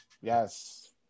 Yes